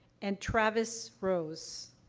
and travis rose.